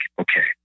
okay